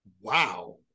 Wow